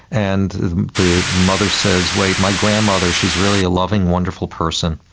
and the mother says, wait, my grandmother, she is really a loving, wonderful person,